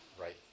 right